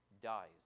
dies